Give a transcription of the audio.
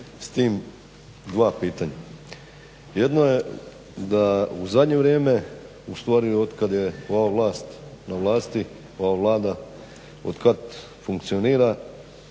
s tim dva pitanja. Jedno je da u zadnje vrijeme ostvari otkad je ova vlast na vlasti ova Vlada otkad funkcionira,